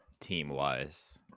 team-wise